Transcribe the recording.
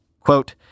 Quote